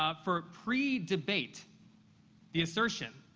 ah for pre-debate, the assertion,